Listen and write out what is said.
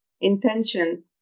intention